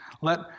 Let